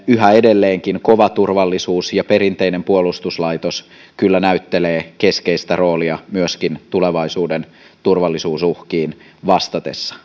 yhä edelleenkin kova turvallisuus ja perinteinen puolustuslaitos kyllä näyttelevät keskeistä roolia myöskin tulevaisuuden turvallisuusuhkiin vastatessa